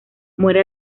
muere